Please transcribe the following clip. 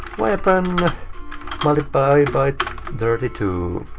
weapon multiplied by thirty two.